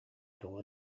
тоҕо